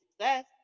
success